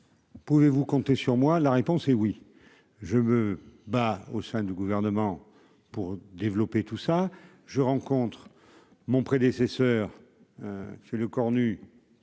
Pouvez-vous compter sur moi, la réponse est oui, je me bats au sein du gouvernement pour développer tout ça, je rencontre mon prédécesseur, c'est le Cornu